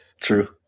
True